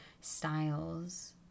styles